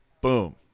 boom